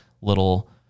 little